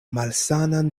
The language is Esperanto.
malsanan